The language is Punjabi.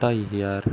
ਢਾਈ ਹਜ਼ਾਰ